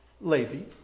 Levi